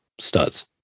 studs